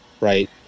right